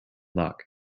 luck